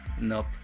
Nope